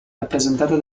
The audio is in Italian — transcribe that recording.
rappresentata